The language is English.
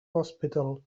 hospital